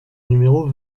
numéro